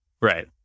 Right